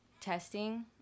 testing